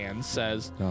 says